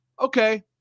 okay